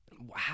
Wow